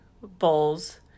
bowls